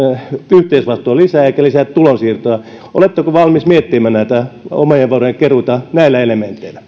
lisää yhteisvastuuta eivätkä lisää tulonsiirtoja oletteko valmis miettimään omien varojen keruuta näillä elementeillä